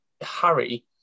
Harry